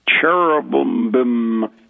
Cherubim